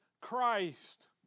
Christ